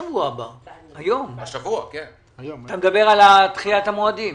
אתה מדבר על דחיית המועדים?